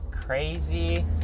crazy